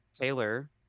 Taylor